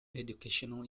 educational